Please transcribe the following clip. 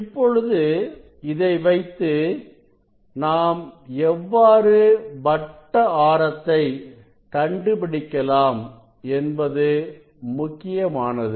இப்பொழுது இதை வைத்து நாம் எவ்வாறுவட்ட ஆரத்தை கண்டுபிடிக்கலாம் என்பது முக்கியமானது